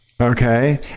Okay